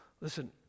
Listen